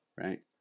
Right